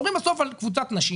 אנחנו מדברים על קבוצת נשים